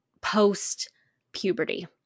post-puberty